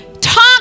talk